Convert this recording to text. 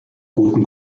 guten